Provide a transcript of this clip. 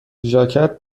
ژاکت